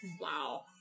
wow